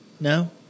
No